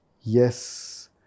Yes